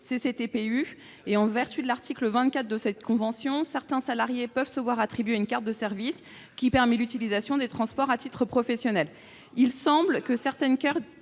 En vertu de l'article 24 de cette convention, certains salariés peuvent se voir attribuer une carte de service qui permet l'utilisation des transports à titre professionnel. Il semble que certaines caisses